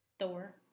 Thor